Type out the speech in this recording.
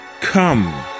Come